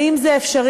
האם זה אפשרי,